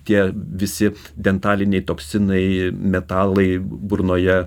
tie visi dentaliniai toksinai metalai burnoje